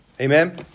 Amen